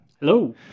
Hello